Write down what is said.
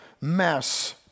mess